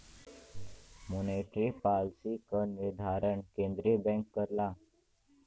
monetary policy क निर्धारण केंद्रीय बैंक करला